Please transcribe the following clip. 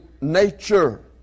nature